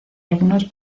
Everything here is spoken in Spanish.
algunos